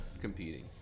competing